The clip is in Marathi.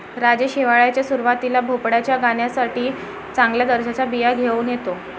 राजेश हिवाळ्याच्या सुरुवातीला भोपळ्याच्या गाण्यासाठी चांगल्या दर्जाच्या बिया घेऊन येतो